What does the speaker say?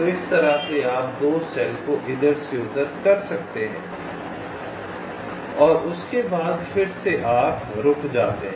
तो इस तरह आप 2 सेल को इधर से उधर कर सकते हैं और उसके बाद फिर से आप रुक जाते हैं